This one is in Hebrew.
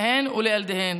להן ולילדיהן.